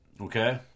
okay